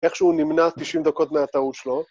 איך שהוא נמנע 90 דקות מהטעות שלו?